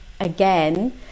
again